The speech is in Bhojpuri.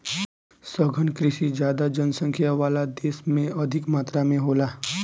सघन कृषि ज्यादा जनसंख्या वाला देश में अधिक मात्रा में होला